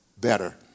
Better